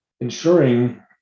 ensuring